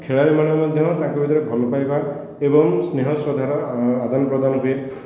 ଖେଳାଳିମାନେ ମଧ୍ୟ ତାଙ୍କ ଭିତରେ ଭଲ ପାଇବା ଏବଂ ସ୍ନେହ ଶ୍ରଦ୍ଧାର ଆଦାନ ପ୍ରଦାନ ହୁଏ